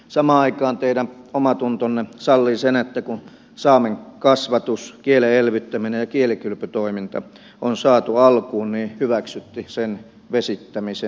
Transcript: samaan aikaan teidän omatuntonne sallii sen että kun saamen kasvatus kielen elvyttäminen ja kielikylpytoiminta on saatu alkuun niin hyväksyitte sen vesittämisen